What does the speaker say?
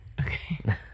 Okay